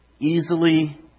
Easily